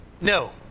No